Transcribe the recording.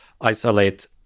isolate